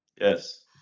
yes